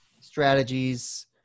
strategies